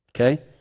Okay